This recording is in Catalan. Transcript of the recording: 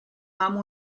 amb